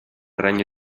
regno